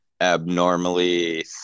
Abnormally